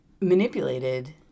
manipulated